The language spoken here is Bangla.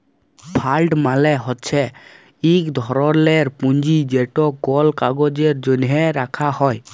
ফাল্ড মালে হছে ইক ধরলের পুঁজি যেট কল কাজের জ্যনহে রাখা হ্যয়